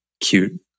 cute